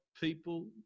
people